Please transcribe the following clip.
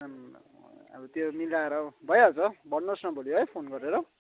आम्मामामा अब त्यो मिलाएर भइहाल्छ भन्नुहोस् न भोलि है फोन गरेर